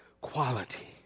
quality